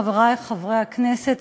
חברי חברי כנסת,